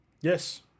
Yes